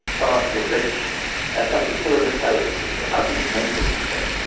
powerful, rich ah country full of intelligent people, how did it make this mistake?